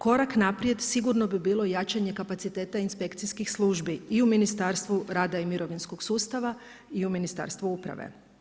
Korak naprijed sigurno bi bilo jačanje kapaciteta inspekcijskih službi i u Ministarstvu rada i mirovinskog sustava i u Ministarstvu uprave.